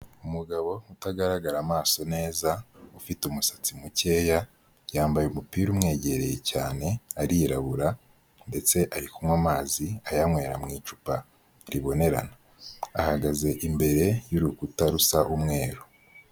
Umugabo utagaragara amaso neza, ufite umusatsi mukeya yambaye umupira umwegereye cyane arirabura ndetse ari kunywa amazi ayanywera mu icupa ribonerana, ahagaze imbere y'urukuta rusa umweru.